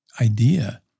idea